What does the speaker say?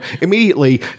Immediately